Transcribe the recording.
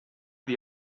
the